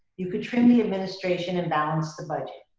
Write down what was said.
you could trim the administration and balance the budget.